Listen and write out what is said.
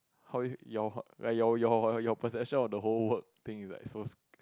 how you your your your perception of the whole word think like so